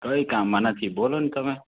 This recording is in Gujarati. કઈ કામમાં નથી બોલો ન તમે